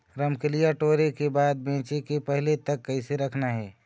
रमकलिया टोरे के बाद बेंचे के पहले तक कइसे रखना हे?